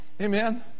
Amen